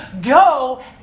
go